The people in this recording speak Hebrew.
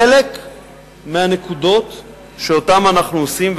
בחלק מהנקודות שאותן אנחנו עושים,